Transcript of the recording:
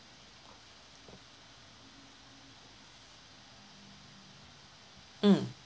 mm